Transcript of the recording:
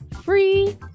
free